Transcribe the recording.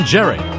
Jerry